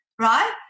right